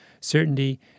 certainty